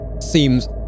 seems